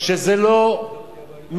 שזה לא מציאותי.